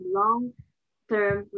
long-term